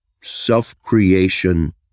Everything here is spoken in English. Self-Creation